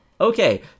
Okay